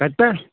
کتہِ پٮ۪ٹھ